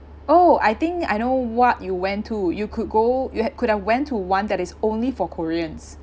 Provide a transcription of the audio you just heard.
oh I think I know what you went to you could go you have could have went to one that is only for koreans